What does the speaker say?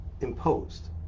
imposed